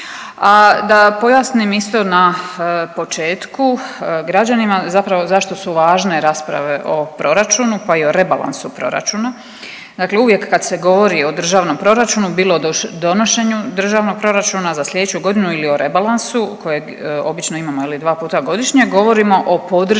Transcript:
A da pojasnim isto na početku građanima, zapravo zašto su važne rasprave o proračunu, pa i o rebalansu proračuna. Dakle, uvijek kad se govori o državnom proračunu bilo donošenju državnog proračuna za sljedeću godinu ili o rebalansu kojeg obično imamo je li dva puta godišnje govorimo o podršci